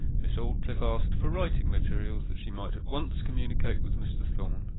miss aldclyffe asked for writing materials, that she might at once communicate with mr. thorn.